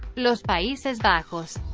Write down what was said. los paises bajos